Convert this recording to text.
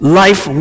life